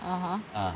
(uh huh)